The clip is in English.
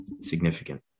significant